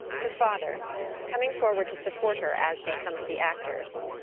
the father coming forward to support her as do some of the actors.